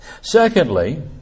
Secondly